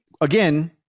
again